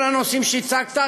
כל הנושאים שהצגת,